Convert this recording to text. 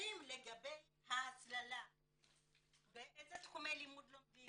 הנתונים לגבי ההסללה באיזה תחומי לימוד לומדים